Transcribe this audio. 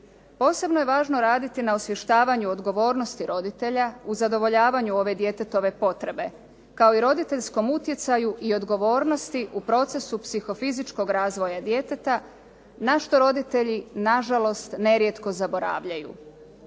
Posebno je važno raditi na osvještavanju odgovornosti roditelja u zadovoljavanju ove djetetove potrebe kao i roditeljskom utjecaju i odgovornosti u procesu psihofizičkog razvoja djeteta na što roditelji nažalost nerijetko zaboravljaju.